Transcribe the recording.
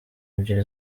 ebyeri